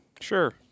Sure